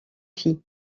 fille